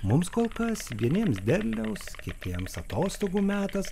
mums kol kas vieniems derliaus kitiems atostogų metas